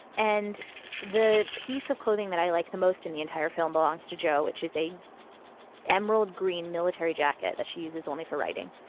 and the piece of clothing that i like the most in the entire film belongs to joe, which is a emerald green military jacket that she uses only for writing.